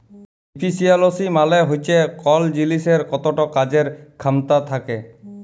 ইফিসিয়ালসি মালে হচ্যে কল জিলিসের কতট কাজের খ্যামতা থ্যাকে